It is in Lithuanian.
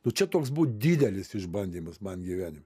nu čia toks buvo didelis išbandymas man gyvenime